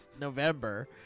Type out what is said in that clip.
November